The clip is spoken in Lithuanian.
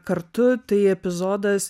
kartu tai epizodas